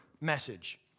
message